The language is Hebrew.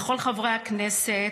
ולכל חברי הכנסת.